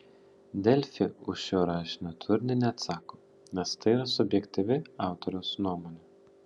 delfi už šio rašinio turinį neatsako nes tai yra subjektyvi autoriaus nuomonė